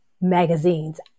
magazines